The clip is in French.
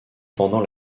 pendant